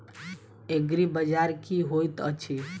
एग्रीबाजार की होइत अछि?